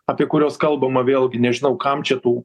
apie kuriuos kalbama vėlgi nežinau kam čia tų